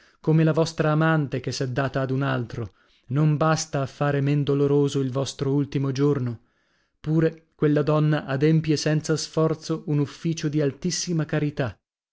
come la vostra amante che s'è data ad un altro non basta a fare men doloroso il vostro ultimo giorno pure quella donna adempie senza sforzo un ufficio di altissima carità